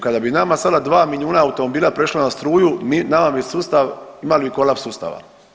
Kada bi nama sada 2 milijuna automobila prešlo na struju nama bi sustav, imali kolaps sustava.